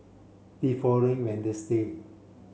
the following